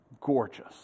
gorgeous